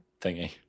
Thingy